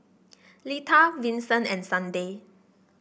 Lita Vincent and Sunday